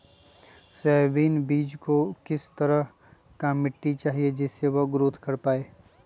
Soybean बीज को किस तरह का मिट्टी चाहिए जिससे वह ग्रोथ कर पाए?